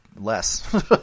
less